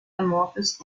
amorphous